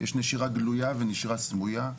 יש נשירה גלויה ונשירה סמויה.